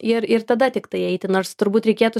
ir ir tada tiktai eiti nors turbūt reikėtų